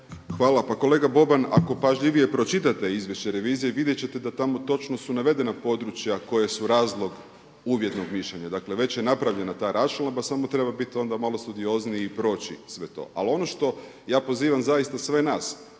Hvala. Pa kolega Boban ako pažljivije pročitate izvješće revizije vidjet ćete da tamo točno su navedena područja koja su razlog uvjetnog mišljenja. Dakle, već je napravljena ta raščlamba samo treba biti onda malo studiozniji i proći sve to. Ali ono što ja pozivam zaista sve nas